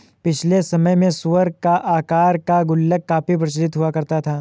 पिछले समय में सूअर की आकार का गुल्लक काफी प्रचलित हुआ करता था